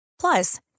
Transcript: Plus